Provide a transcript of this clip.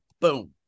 Boom